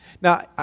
Now